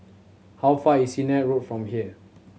how far is Sennett Road from here